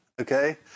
okay